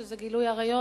שזה גילוי עריות,